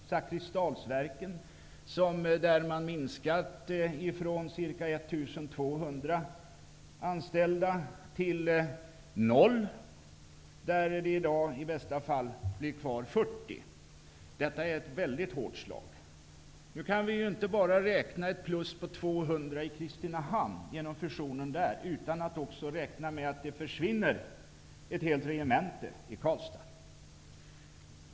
Vid Zakrisdalsverken, där man har minskat antalet anställda från ca 1 200 till 0, blir det i dag i bästa fall 40 kvar. Detta är ett väldigt hårt slag. Nu kan vi inte bara räkna ett plus på 200 i Kristinehamn genom fusionen där utan att också räkna med att det försvinner ett helt regemente i Karlstad.